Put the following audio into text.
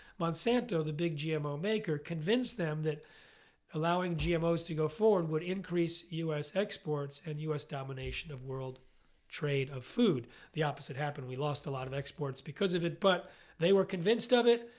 monsanto, the big gmo maker convinced them that allowing gmos to go forward would increase us exports and us domination of world trade of food. the opposite happened. we lost a lot of exports because of it but they were convinced of it.